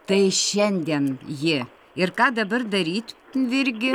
tai šiandien ji ir ką dabar daryt virgi